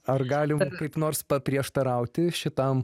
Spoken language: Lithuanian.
ar galima kaip nors paprieštarauti šitam